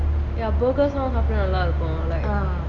ya burgers நல்ல இருக்கும்:nalla irukum like